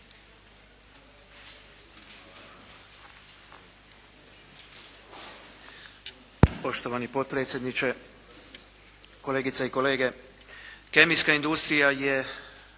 Poštovani potpredsjedniče, kolegice i kolege. Kemijska industrija je